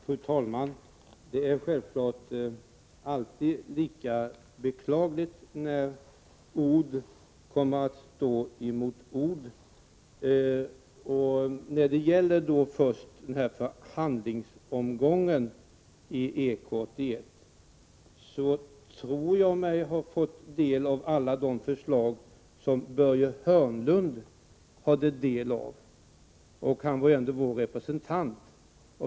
Fru talman! Självfallet är det alltid lika beklagligt när ord står emot ord. Först vill jag när det gäller förhandlingsomgången i fråga om EK 81 framhålla att jag tror mig ha fått del av alla de förslag som Börje Hörnlund kände till. Han var ju ändå vår representant.